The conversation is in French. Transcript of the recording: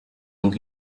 donc